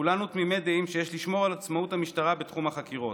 וכולנו תמימי דעים שיש לשמור על עצמאות המשטרה בתחום החקירות.